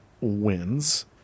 wins